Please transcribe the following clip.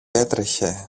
έτρεχε